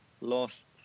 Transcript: lost